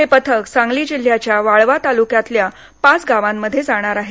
हे पथक सांगली जिल्ह्याच्या वाळवा तालुक्यातल्या पाच गावांमध्ये जाणार आहे